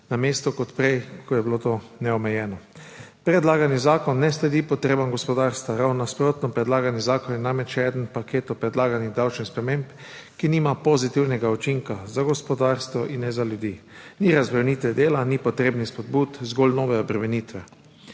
namesto kot prej, ko je bilo to neomejeno. Predlagani zakon ne sledi potrebam gospodarstva. Ravno nasprotno, predlagani zakon je namreč eden od paketov predlaganih davčnih sprememb, ki nima pozitivnega učinka za gospodarstvo in ne za ljudi. Ni razbremenitve dela, ni potrebnih spodbud, zgolj nove obremenitve.